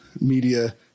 media